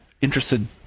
interested